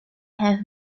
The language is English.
have